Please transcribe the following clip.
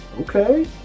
Okay